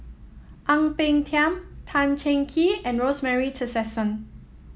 Ang Peng Tiam Tan Cheng Kee and Rosemary Tessensohn